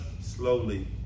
slowly